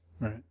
right